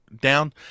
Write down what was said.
down